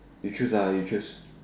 you choose ah you choose